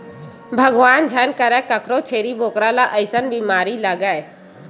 भगवान झन करय कखरो छेरी बोकरा ल अइसन बेमारी लगय